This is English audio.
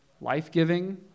life-giving